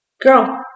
Girl